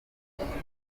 ivangura